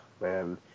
man